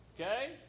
Okay